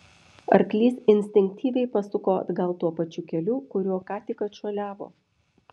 arklys instinktyviai pasuko atgal tuo pačiu keliu kuriuo ką tik atšuoliavo